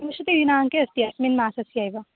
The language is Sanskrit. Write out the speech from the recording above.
विंशतिदिनाङ्के अस्ति अस्मिन् मासस्यैव